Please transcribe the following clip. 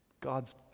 God's